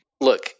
Look